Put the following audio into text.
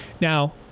Now